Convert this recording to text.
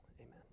amen